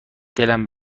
دلم